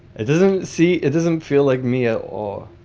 it doesn't see. it doesn't feel like me ah or.